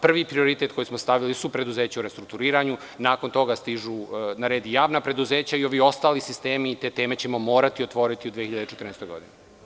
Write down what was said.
Prvi prioritet koji smo stavili su preduzeća u restrukturiranju, a nakon toga stižu i javna preduzeća i ovi ostali sistemi, a te teme ćemo otvoriti u 2014. godini.